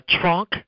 Trunk